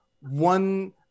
one